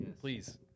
please